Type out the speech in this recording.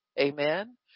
Amen